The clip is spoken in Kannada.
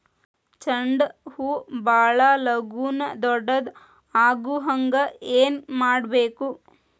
ಚಂಡ ಹೂ ಭಾಳ ಲಗೂನ ದೊಡ್ಡದು ಆಗುಹಂಗ್ ಏನ್ ಮಾಡ್ಬೇಕು?